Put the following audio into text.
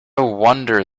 wonder